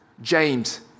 James